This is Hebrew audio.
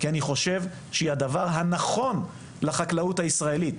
אני חושב שזה הדבר הנכון לחקלאות הישראלית.